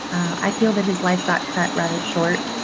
i feel that his life got cut rather short